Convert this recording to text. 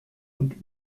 und